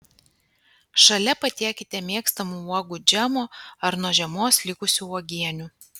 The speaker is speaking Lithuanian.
šalia patiekite mėgstamų uogų džemų ar nuo žiemos likusių uogienių